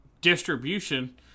distribution